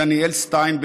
דניאל שטיין,